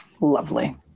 Lovely